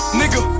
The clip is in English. nigga